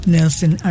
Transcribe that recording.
Nelson